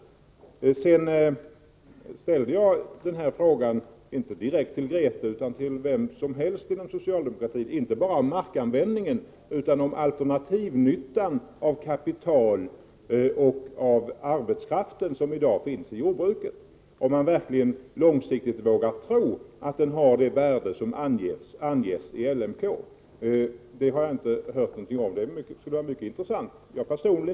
Vidare vill jag framhålla att jag inte framställde min fråga direkt till Grethe Lundblad utan frågan riktades till vem som helst av dem som företräder socialdemokratin. Det gäller här inte bara markanvändningen utan också den alternativa nyttan när det gäller det kapital och den arbetskraft som i dag finns inom jordbruket. Frågan är om man långsiktigt verkligen vågar tro på det värde som anges i LMK. Jag har inte hört någonting om den saken. Det skulle vara mycket intressant att få veta hur det förhåller sig.